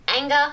Anger